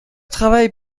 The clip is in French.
travaille